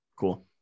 Cool